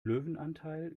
löwenanteil